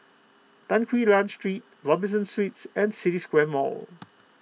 Tan Quee Lan Street Robinson Suites and City Square Mall